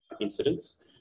incidents